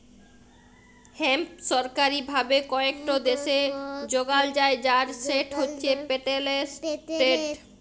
hemp সরকারি ভাবে কয়েকট দ্যাশে যগাল যায় আর সেট হছে পেটেল্টেড